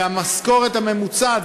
והמשכורת הממוצעת,